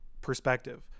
perspective